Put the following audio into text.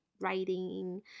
writing